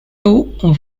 two